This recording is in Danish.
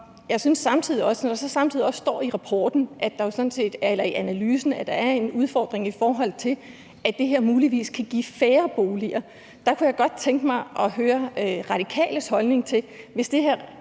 Jeg synes samtidig, når der så også står i analysen, at der er en udfordring, i forhold til at det her muligvis kan give færre boliger, at jeg godt kunne tænke mig at høre Radikales holdning til det, hvis det her